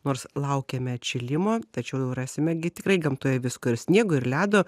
nors laukiame atšilimo tačiau jau rasime gi tikrai gamtoje visko ir sniego ir ledo